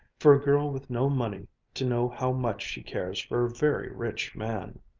for a girl with no money to know how much she cares for a very rich man.